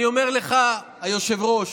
אני אומר לך, היושב-ראש,